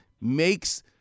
makes